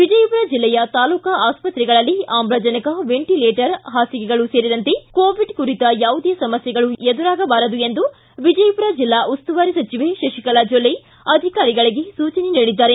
ವಿಜಯಪುರ ಜೆಲ್ಲೆಯ ತಾಲೂಕಾ ಆಸ್ಪತ್ರೆಗಳಲ್ಲಿ ಆಮ್ಲಜನಕ ವೆಂಟಿಲೇಟರ್ ಹಾಸಿಗೆಗಳ ಸೇರಿದಂತೆ ಕೋವಿಡ್ ಕುರಿತ ಯಾವುದೇ ಸಮಸ್ಟೆಗಳು ಎದುರಾಗಬಾರದು ಎಂದು ವಿಜಯಪುರ ಜಿಲ್ಲಾ ಉಸ್ತುವಾರಿ ಸಚಿವೆ ಶಶಿಕಲಾ ಜೊಲ್ಲೆ ಅಧಿಕಾರಿಗಳಿಗೆ ಸೂಚನೆ ನೀಡಿದ್ದಾರೆ